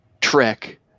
trek